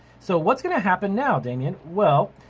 so what's gonna happen now, damian? well,